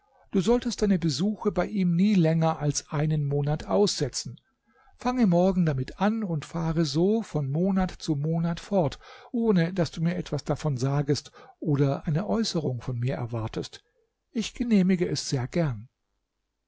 du solltest deine besuche bei ihm nie länger als einen monat aussetzen fange morgen damit an und fahre so von monat zu monat fort ohne daß du mir etwas davon sagest oder eine äußerung von mir erwartest ich genehmige es sehr gern